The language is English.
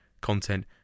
content